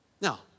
Now